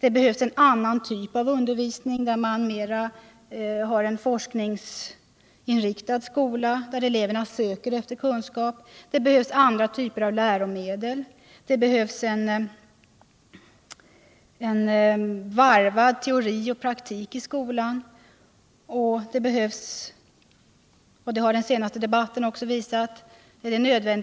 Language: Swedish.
Det ”ehövs en annan typ av undervisning, en mera forskningsinriktad skola där eleverna söker efter kunskap. Det behövs andra typer av läromedel. Det behövs varvad teori och praktik i skolan. Och det är nödvändigt — det har också den senaste debatten visat —